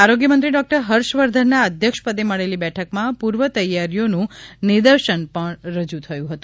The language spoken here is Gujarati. આરોગ્ય મંત્રી ડોકટર હર્ષવર્ધનના અધ્યક્ષપદે મળેલી બેઠકમાં પૂર્વતૈયારીઓનું નિદર્શન પણ રજૂ થયું હતું